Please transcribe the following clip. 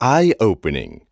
Eye-opening